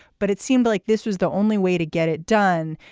but it seemed like this was the only way to get it done.